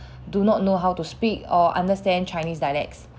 do not know how to speak or understand chinese dialects